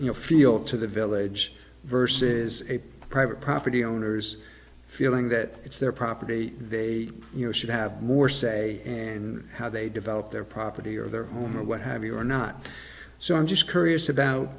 you know feel to the village verse is a private property owners feeling that it's their property they you know should have more say in how they develop their property or their home or what have you or not so i'm just curious about